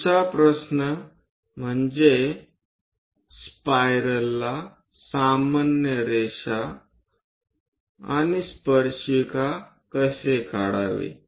पुढचा प्रश्न म्हणजे स्पायरलला सामान्य रेषा स्पर्शिका कसे काढावे